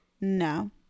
no